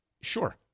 Sure